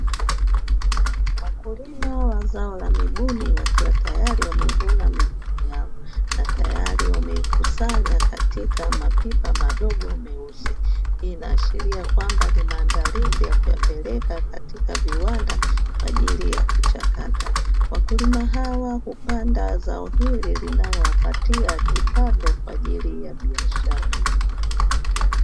Wakulima wa zao la mibuni wakiwa tayaro wamevuna mibuni yao na tayari wameikusanya katika mapipa madogo myeusi. Hii inaashiria kwamba ni maandalizi ya kuyapeleka katika viwanda kwa ajili ya kuchakata, wakulima hawa hupanda zao hili linalowapatia kipato kwa ajili ya biashara.